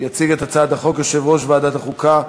יציג את הצעת החוק יושב-ראש ועדת החוקה,